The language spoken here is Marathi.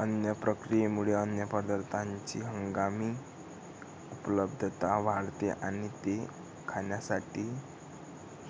अन्न प्रक्रियेमुळे अन्नपदार्थांची हंगामी उपलब्धता वाढते आणि ते खाण्यासाठी